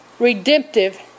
redemptive